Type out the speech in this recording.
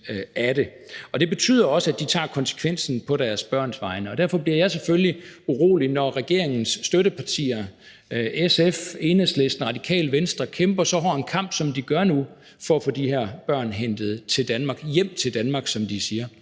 af det. Det betyder også, at de tager konsekvensen på deres børns vegne, og derfor bliver jeg selvfølgelig urolig, når regeringens støttepartier, SF, Enhedslisten og Radikale Venstre kæmper så hård en kamp, som de gør nu, for at få de her børn hentet til Danmark – hjem til Danmark, som de siger.